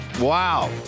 Wow